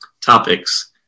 topics